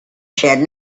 said